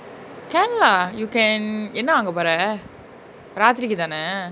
can lah you can என்ன வாங்க போர ராத்திரிக்கு தான:enna vaanga pora raathiriku thana